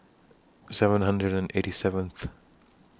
seven hundred and eighty seventh